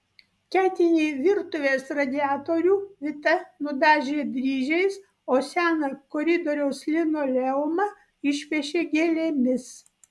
ketinį virtuvės radiatorių vita nudažė dryžiais o seną koridoriaus linoleumą išpiešė gėlėmis